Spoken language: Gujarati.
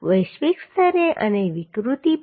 વૈશ્વિક સ્તરે અને વિકૃતિ પણ